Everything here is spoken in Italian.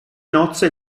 nozze